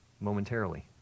momentarily